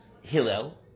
Hillel